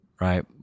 right